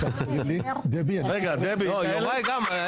יוראי גם.